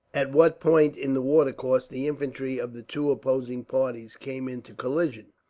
at what point in the watercourse the infantry of the two opposing parties came into collision,